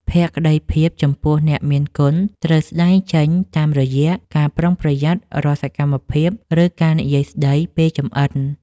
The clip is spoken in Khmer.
ភក្តីភាពចំពោះអ្នកមានគុណត្រូវស្តែងចេញតាមរយៈការប្រុងប្រយ័ត្នរាល់សកម្មភាព ឬការនិយាយស្តីពេលចម្អិន។